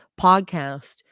podcast